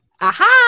Aha